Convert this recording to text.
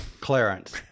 Clarence